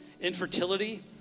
infertility